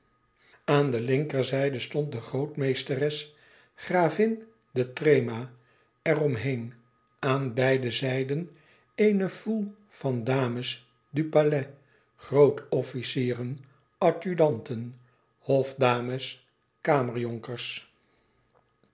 aan de linkerzijde stond de grootmeesteres gravin de threma er om heen aan beide zijden eene foule van dames du palais grootofficieren adjudanten hofdames